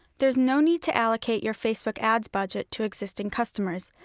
there is no need to allocate your facebook ads budget to existing customers,